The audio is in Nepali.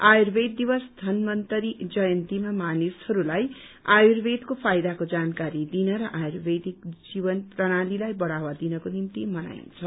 आयुर्वेद दिवस धनवन्तरी जयन्तीमा मानिसहरूलाई आयुर्वेदको फाइदाको जानकारी दिन र आयुर्वेदिक जीवन प्रणालीलाई बढ़ावा दिनको निम्ति मनाइन्छ